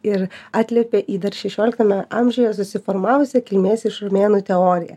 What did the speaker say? ir atliepia į dar šešioliktame amžiuje susiformavusią kilmės iš romėnų teoriją